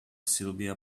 sylvia